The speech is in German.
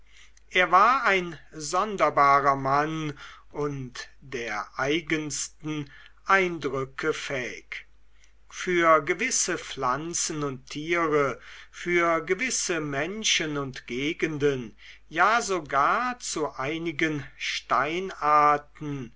er war ein sonderbarer mann und der eigensten eindrücke fähig für gewisse pflanzen und tiere für gewisse menschen und gegenden ja sogar zu einigen steinarten